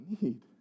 need